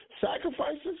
sacrifices